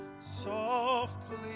Softly